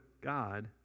God